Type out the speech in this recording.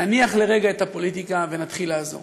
נניח לרגע את הפוליטיקה ונתחיל לעזור.